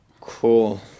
cool